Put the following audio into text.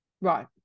right